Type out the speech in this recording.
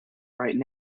right